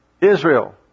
Israel